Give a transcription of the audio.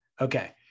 Okay